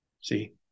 See